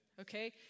Okay